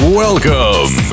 welcome